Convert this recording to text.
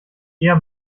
eher